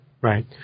right